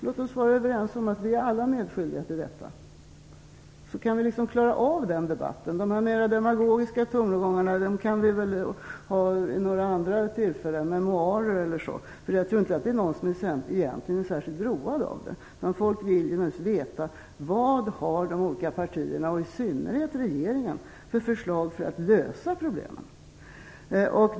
Låt oss vara överens om att vi alla är medskyldiga till detta. Då kan vi klara av debatten. De mera demagogiska tongångarna kan vi spara till andra tillfällen, t.ex. memoarer. Jag tror inte att någon är särskilt road av det. Folk vill naturligtvis veta vad de olika partierna och särskilt regeringen har för förslag för att lösa problemen.